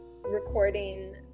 recording